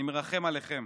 אני מרחם עליכם.